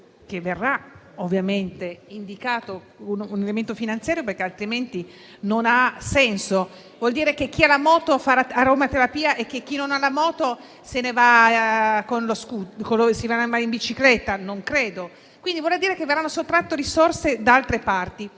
che verrà indicato un elemento finanziario, altrimenti non ha senso. Si vuol dire che chi ha la moto farà la mototerapia e che chi non ce l'ha andrà in bicicletta? Non credo. Quindi vorrà dire che verranno sottratte risorse da altre parti.